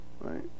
right